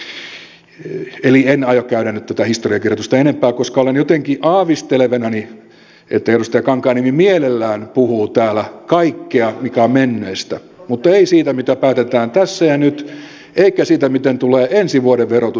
eli en aio käydä nyt tätä historiankirjoitusta enempää koska olen jotenkin aavistelevinani että edustaja kankaanniemi mielellään puhuu täällä kaikkea mikä on menneestä mutta ei siitä mitä päätetään tässä ja nyt eikä siitä miten tulee ensi vuoden verotus olemaan